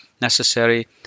necessary